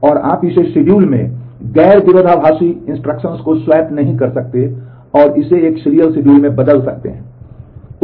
और आप इस शेड्यूल में गैर विरोधाभासी निर्देशों को स्वैप नहीं कर सकते हैं और इसे एक सीरियल शेड्यूल में बदल सकते हैं